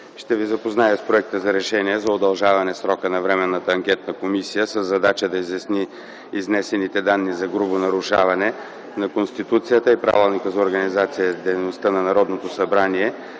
Ще ви запозная с проекта за Решение за удължаване срока на Временната анкетна комисия със задача да изясни изнесените данни за грубо нарушаване на Конституцията и Правилника за организацията и дейността на Народното събрание